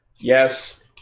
Yes